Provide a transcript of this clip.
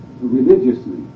religiously